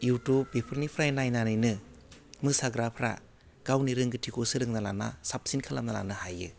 YouTube बेफोरनिफ्राय नायनानैनो मोसाग्राफ्रा गावनि रोंगौथिखौ सोलोंना लाना साबसिन खालामना लानो हायो